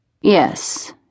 Yes